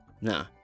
Nah